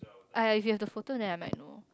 I you have the photo then I might know